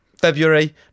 February